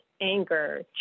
anger